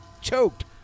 choked